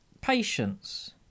patience